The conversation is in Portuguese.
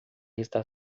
está